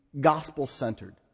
gospel-centered